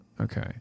Okay